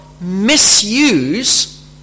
misuse